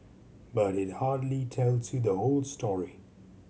but it hardly tells you the whole story